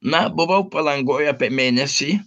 na buvau palangoj apie mėnesį